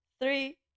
Three